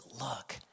look